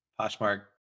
Poshmark